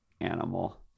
animal